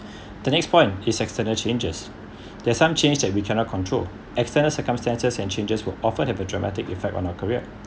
the next point is external changes there're some change that we cannot control extended circumstances and changes were often have a dramatic effect on our career